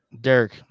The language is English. Derek